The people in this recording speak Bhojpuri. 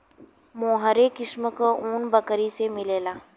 मोहेर किस्म क ऊन बकरी से मिलला